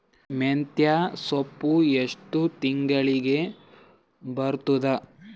ಮೆಂತ್ಯ ಸೊಪ್ಪು ಎಷ್ಟು ತಿಂಗಳಿಗೆ ಬರುತ್ತದ?